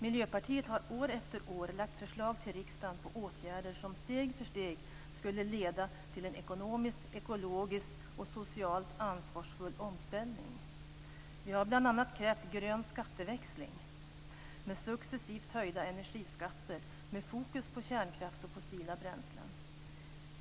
Miljöpartiet har år efter år lagt fram förslag till riksdagen på åtgärder som steg för steg skulle leda till en ekonomiskt, ekologiskt och socialt ansvarsfull omställning. Vi har bl.a. krävt grön skatteväxling med successivt höjda energiskatter med fokus på kärnkraft och fossila bränslen.